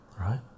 right